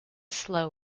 slow